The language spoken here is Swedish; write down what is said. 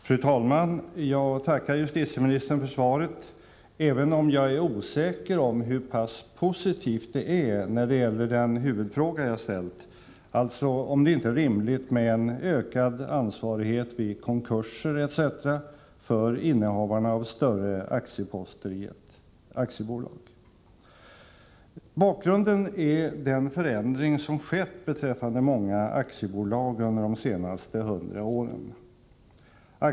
Fru talman! Jag tackar justitieministern för svaret, även om jag är osäker om hur pass positivt det är när det gäller den huvudfråga jag ställt, alltså om det inte är rimligt med en ökad ansvarighet vid konkurser etc. för innehavarna av större aktieposter i ett aktiebolag. Bakgrunden är den förändring som skett beträffande många aktiebolag under de senaste hundra åren.